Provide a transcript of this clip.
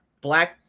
black